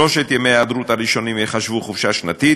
שלושת ימי ההיעדרות הראשונים ייחשבו חופשה שנתית,